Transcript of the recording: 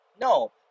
No